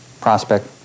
prospect